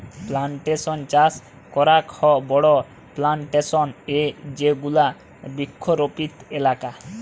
plantation চাস করাক হ বড়ো প্লানটেশন এ যেগুলা বৃক্ষরোপিত এলাকা